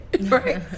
Right